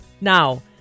Now